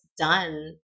done